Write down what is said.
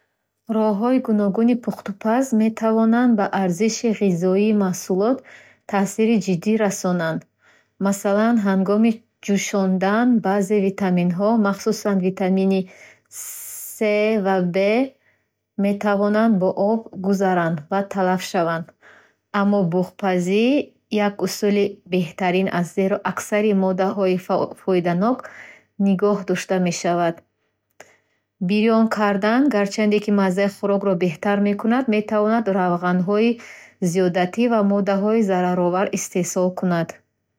Роҳҳои гуногуни пухтупаз метавонанд ба арзиши ғизоии маҳсулот таъсири ҷиддӣ расонанд. Масалан, ҳангоми ҷӯшондан, баъзе витаминҳо. Махсусан витамини Cе ва Bе — метавонанд ба об гузаранд ва талаф шаванд. Аммо буғпазӣ як усули беҳтарин аст, зеро аксари моддаҳои фоиданок нигоҳ дошта мешаванд. Бирён кардан, гарчанде ки маззаи хӯрокро беҳтар мекунад, метавонад равғанҳои зиёдатӣ ва моддаҳои зараровар истеҳсол кунад.